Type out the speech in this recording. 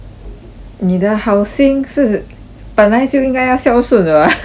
neither 好心是本来就应该要孝顺的 [what]